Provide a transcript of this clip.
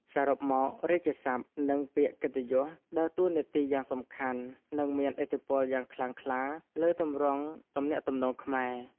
សរុបមក រាជសព្ទ និងពាក្យកិត្តិយស ដើរតួនាទីយ៉ាងសំខាន់ និងមានឥទ្ធិពលយ៉ាងខ្លាំងក្លាលើទម្រង់ទំនាក់ទំនងខ្មែរ។